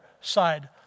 side